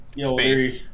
space